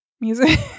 music